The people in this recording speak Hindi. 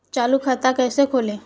चालू खाता कैसे खोलें?